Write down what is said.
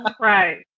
Right